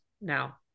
now